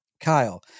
Kyle